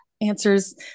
answers